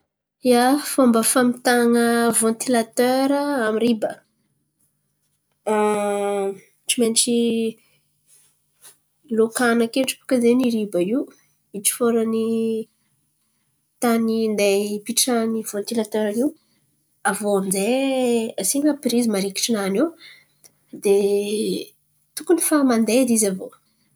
Ia, fômba famitahan̈a vantilatera amy riba, tsy maintsy lokana akendriky bàka zen̈y i riba io itsifôran'ny tany handeha hipitrahan'ny vantilatera io. Aviô aminjay asian̈a pirizy marikitrinany iô. De tokony fa mandeha edy izy aviô.